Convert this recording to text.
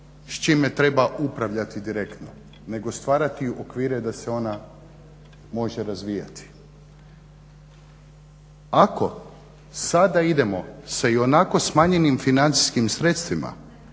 s čime treba upravljati direktno, nego stvarati okvire da se ona može razvijati. Ako sada idemo sa ionako smanjenim financijskim sredstvima